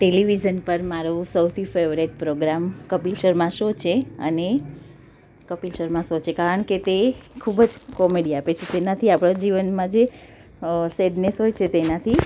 television પર મારું સૌથી favourite programme Kapil Sharma show છે અને કપિલ શર્મા શો છે કારણ કે તે ખૂબ જ કોમેડી આપે છે તેનાથી આપણા જીવનમાં જે સેડનેસ હોય છે તેનાથી